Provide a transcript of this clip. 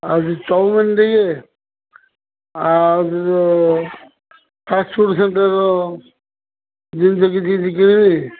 ଆଉ ଯୋଉ ଚାଉମିନ୍ ଟିକେ ଆଉ ଫାଷ୍ଟ୍ଫୁଡ଼୍ ସେଣ୍ଟର୍ ଜିନିଷ କିଛି କିଣିବି